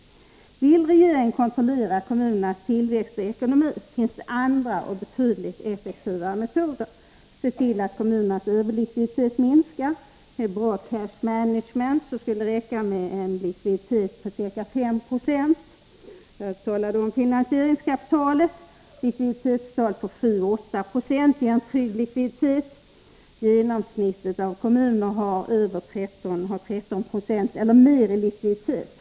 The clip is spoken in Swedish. Om regeringen vill kontrollera kommunernas tillväxt och ekonomi, finns det andra och betydligt effektivare metoder. Se till att kommunernas överlikviditet minskar! Med bra cash management skulle det räcka med en likviditet på ca 5 90. Jag talade om finansieringskapitalet. Likviditetstal på 7-8 96 ger en trygg likviditet. Genomsnittet av kommunerna har 13 9 eller mer i likviditet.